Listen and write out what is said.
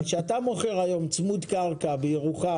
כשאתה מוכר היום צמוד קרקע בירוחם,